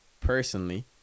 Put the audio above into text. Personally